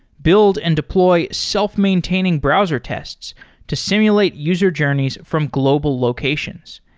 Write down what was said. build and deploy self-maintaining browser tests to simulate user journeys from global locations.